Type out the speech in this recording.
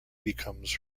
becomes